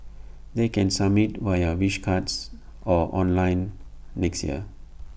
they can submit via wish cards or online next year